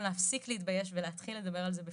להספיק להתבייש ולהתחיל לדבר על זה בפתיחות.